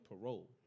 parole